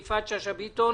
יפעת שאשא ביטון